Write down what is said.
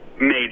major